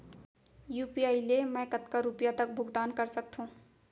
UPI ले मैं कतका रुपिया तक भुगतान कर सकथों